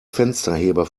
fensterheber